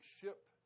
ship